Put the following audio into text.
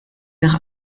nach